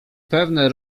pewne